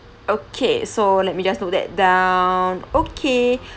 okay so let me just note that down okay